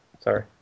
Sorry